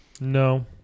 No